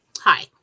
Hi